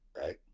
right